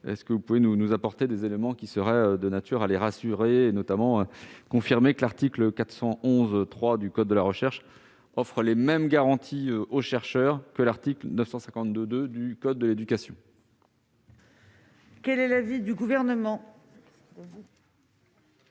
à ce sujet. Pourriez-vous nous apporter des éléments qui seraient de nature à les rassurer, monsieur le ministre, et notamment confirmer que l'article L. 411-3 du code de la recherche offre les mêmes garanties aux chercheurs que l'article L. 952-2 du code de l'éducation ? Quel est l'avis du Gouvernement ?